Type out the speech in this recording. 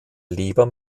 leber